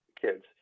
kids